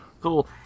cool